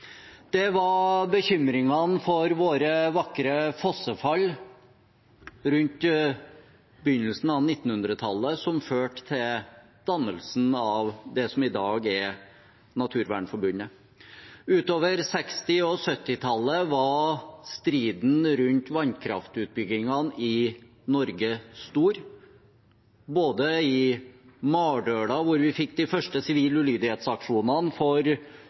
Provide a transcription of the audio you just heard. Det var bekymringene for våre vakre fossefall rundt begynnelsen av 1900-tallet som førte til dannelsen av det som i dag er Naturvernforbundet. Utover 1960- og 1970-tallet var striden rundt vannkraftutbyggingene i Norge stor, både Mardøla, hvor vi fikk de første sivil ulydighet-aksjonene for